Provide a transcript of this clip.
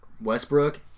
Westbrook